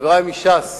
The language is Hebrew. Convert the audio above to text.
חברי מש"ס,